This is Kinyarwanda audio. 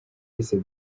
yise